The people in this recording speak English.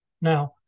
Now